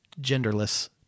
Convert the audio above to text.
genderless